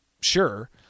sure